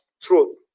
truth